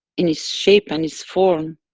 in its shape and its form,